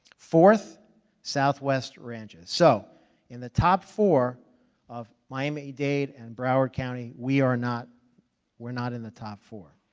fourth southwest ranch. so in the top four of miami-dade and broward county we're not we're not in the top four.